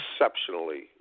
exceptionally